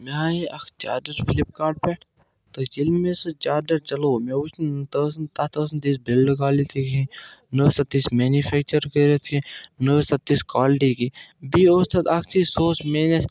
مےٚ اَنے اَکھ چارجَر فِلِپکارٹ پٮ۪ٹھ تہٕ ییٚلہِ مےٚ سُہ چارجَر چَلو مےٚ وُچھ نہٕ تَتھ ٲسۍ نہٕ تَتھ ٲسۍ نہٕ تِژھ بِلڈ کوالٹی کہیٖنۍ نَہ ٲسۍ تتھ تِژھ مینِفیٚکچَر کٔرِتھ کیٚنٛہہ نَہ ٲسۍ تتھ تِژھ کوالٹی کیٚنٛہہ بیٚیہِ اوٗس تَتھ اَکھ چیٖز سُہ اوٗس میٲنِس